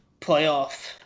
playoff